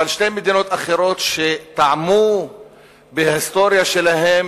אבל בשתי המדינות האחרות, שטעמו בהיסטוריה שלהן